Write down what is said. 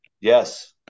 Yes